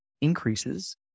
increases